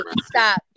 stop